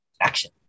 action